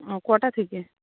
ও কটা থেকে